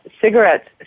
cigarettes